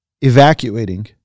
evacuating